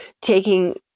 taking